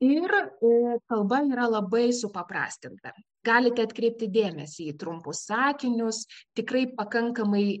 ir e kalba yra labai supaprastinta galite atkreipti dėmesį į trumpus sakinius tikrai pakankamai